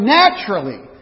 naturally